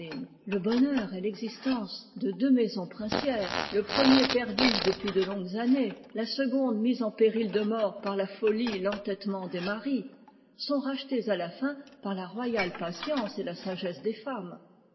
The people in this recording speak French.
le bonheur et l'existence de deux maisons princières le premier perdu depuis de longues années la seconde mise en péril de mort par la folie et l'entêtement des maris sont rachetés à la fin par la royale patience et la sagesse des femmes